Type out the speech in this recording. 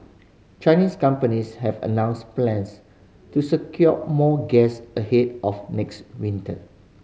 Chinese companies have announced plans to secure more gas ahead of next winter